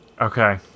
Okay